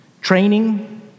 Training